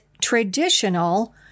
traditional